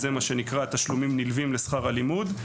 זה נקרא תשלומים נלווים לשכר הלימוד.